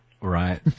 Right